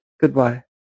Goodbye